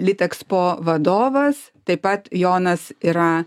litexpo vadovas taip pat jonas yra